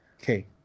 Okay